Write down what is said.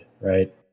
right